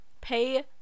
pay